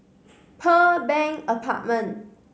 Pearl Bank Apartment